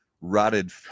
rotted